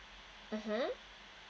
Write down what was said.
mmhmm